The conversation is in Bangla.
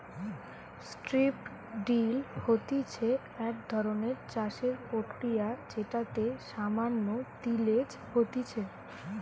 স্ট্রিপ ড্রিল হতিছে এক ধরণের চাষের প্রক্রিয়া যেটাতে সামান্য তিলেজ হতিছে